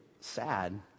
sad